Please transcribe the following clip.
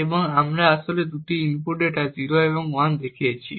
এবং আমরা আসলে দুটি ইনপুট ডেটা 0 এবং ডেটা 1 দেখিয়েছি